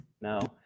No